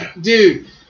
dude